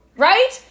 right